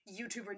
YouTuber